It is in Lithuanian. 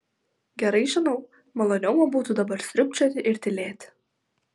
gerai žinau maloniau man būtų dabar sriubčioti ir tylėti